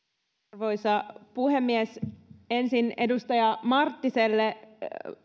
arvoisa puhemies ensin edustaja marttiselle